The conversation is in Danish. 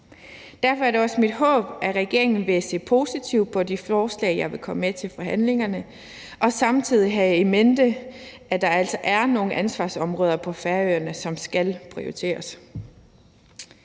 Derfor er det også mit håb, at regeringen vil se positivt på de forslag, jeg vil komme med til forhandlingerne, og samtidig have in mente, at der altså er nogle ansvarsområder på Færøerne, som skal prioriteres.